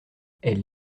elles